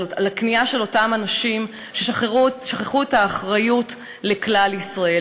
על הקנייה של אותם אנשים ששכחו את האחריות לכלל ישראל,